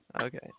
Okay